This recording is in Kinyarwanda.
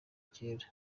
kera